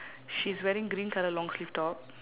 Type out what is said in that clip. she's wearing green colour long sleeve top